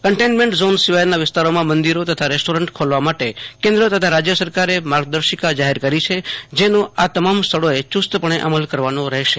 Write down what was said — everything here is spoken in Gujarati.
કન્ટઇમેન્ટ ઝોન સિવાયના વિસ્તારોમાં મંદિરો તથા રેસ્ટોરેન્ટ ખોલવા માટે કેન્દ્ર તથા રાજ્ય સરકારે માર્ગદર્શિકા જાહેર કરી છે જેનોઆ તમામ સ્થળોએ યુસ્તપણે અમલ કરવાનો રહેશે